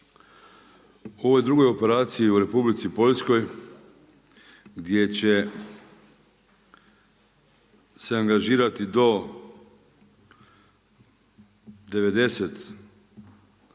U ovoj drugoj operaciji u Republici Poljskoj gdje će se angažirati do 90